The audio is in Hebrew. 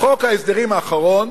בחוק ההסדרים האחרון